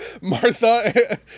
Martha